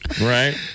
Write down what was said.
Right